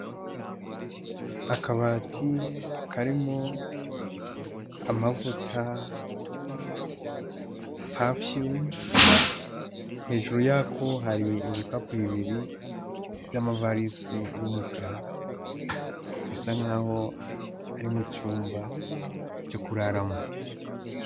Akabati karimo amavuta, pafiyumu, hejuru yako hari ibikapu bibiri by'amavarisi y'umukara, bisa nkaho ari mu cyumba cyo kuraramo.